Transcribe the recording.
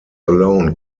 alone